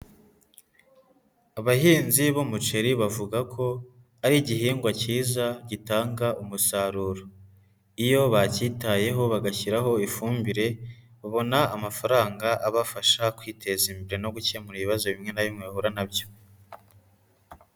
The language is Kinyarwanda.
Abahinzi b'umuceri bavuga ko ari igihingwa cyiza gitanga umusaruro, iyo bacyitayeho bagashyiraho ifumbire, babona amafaranga abafasha kwiteza imbere no gukemura ibibazo bimwe na bimwe bihura na byo.